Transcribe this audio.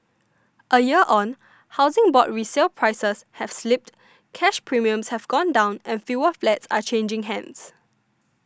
a year on Housing Board resale prices have slipped cash premiums have gone down and fewer flats are changing hands